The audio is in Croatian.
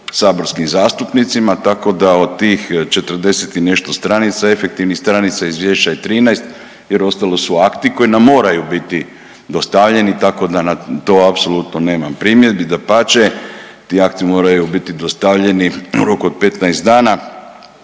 saborskim zastupnicima tako da od tih 40 i nešto stranica, efektivnih stranica izvješća je 13 jer ostalo su akti koji nam moraju biti dostavljeni tako da na to apsolutno nemam primjedbi. Dapače, ti akti moraju biti dostavljeni u roku od 15 dana